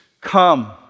come